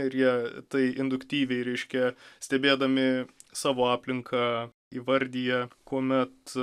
ir jie tai induktyviai reiškia stebėdami savo aplinką įvardija kuomet